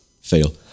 fail